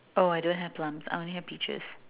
oh I don't have plums I only have peaches